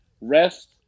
Rest